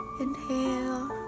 Inhale